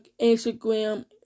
Instagram